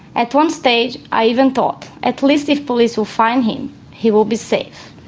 at one stage i even thought, at least if police will find him he will be safe.